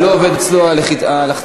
שלא עובד אצלו הלחצן.